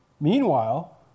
Meanwhile